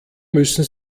müssen